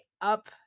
up